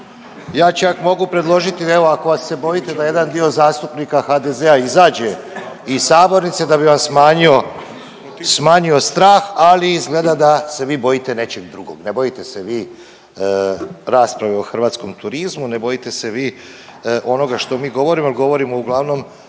ja čak mogu predložiti evo ako se bojite da jedan dio zastupnika HDZ-a izađe iz sabornice da bi vam smanjio, smanjio strah ali izgleda da se vi bojite nečeg drugog. Ne bojite se vi rasprave o hrvatskom turizmu, ne bojite se vi onoga što mi govorimo jer govorimo uglavnom